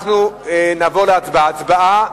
אנחנו נעבור להצבעה.